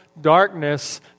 darkness